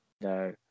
no